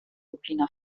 burkina